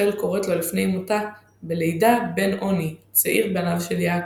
לאחר סכסוך נוסף בין רחל ללאה בעניין מעשה הדודאים יולדת לאה